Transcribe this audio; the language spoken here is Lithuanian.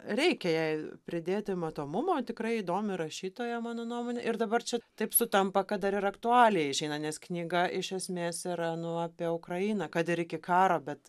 reikia jai pridėti matomumo tikrai įdomi rašytoja mano nuomone ir dabar čia taip sutampa kad dar ir aktualija išeina nes knyga iš esmės yra nu apie ukrainą kad ir iki karo bet